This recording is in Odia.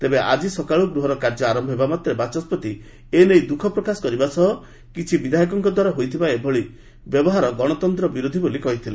ତେବେ ଆଜି ସକାଳୁ ଗୃହରକାର୍ଯ୍ୟ ଆରମ୍ଭ ହେବା ମାତ୍ରେ ବାଚସ୍କତି ଏନେଇ ଦ୍ରୁଖପ୍ରକାଶ କରିବା ସହ କିଛି ବିଧାୟକଙ୍କ ଦ୍ୱାରା ହୋଇଥିବା ଏଭଳି ବ୍ୟବହାର ଗଣତନ୍ତ୍ରର ବିରୋଧୀ ବୋଲି କହିଥିଲେ